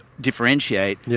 differentiate